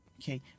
Okay